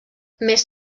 més